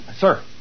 sir